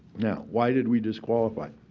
now, why did we disqualify?